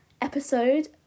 episode